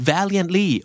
Valiantly